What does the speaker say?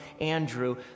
Andrew